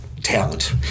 Talent